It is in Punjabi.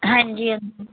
ਹਾਂਜੀ ਹਾਂਜੀ